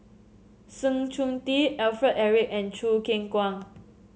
Sng Choon Yee Alfred Eric and Choo Keng Kwang